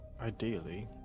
ideally